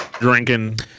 drinking